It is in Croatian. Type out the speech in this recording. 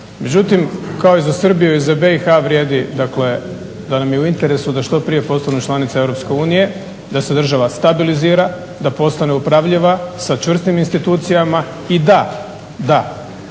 Međutim, kao i za Srbiju i za BiH vrijedi dakle da nam je u interesu da što prije postanu članica EU, da se država stabilizira, da postane upravljiva sa čvrstim institucijama i da, dok